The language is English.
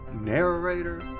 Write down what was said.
narrator